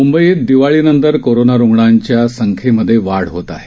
मुंबईत दिवाळीनंतर कोरोना रुग्णांच्या संख्येत वाढ होत आहे